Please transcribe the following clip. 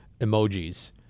emojis